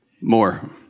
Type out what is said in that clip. more